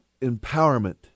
Empowerment